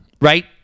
right